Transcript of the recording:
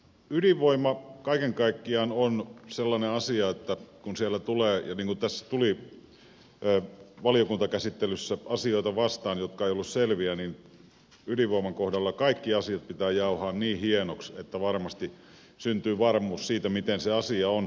ydinvoima kaiken kaikkiaan on sellainen asia että kun siellä tulee niin kuin tässä tuli valiokuntakäsittelyssä asioita vastaan jotka eivät ole selviä niin kaikki asiat pitää jauhaa niin hienoksi että varmasti syntyy varmuus siitä miten se asia on